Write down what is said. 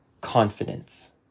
confidence